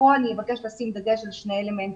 כאן אני אבקש לשים דגש על שני אלמנטים.